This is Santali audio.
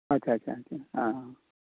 ᱟᱪᱪᱷᱟ ᱟᱪᱪᱷᱟ ᱦᱮᱸ